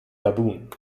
gabun